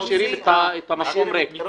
להוציא --- עבד